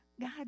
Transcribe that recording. God